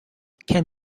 can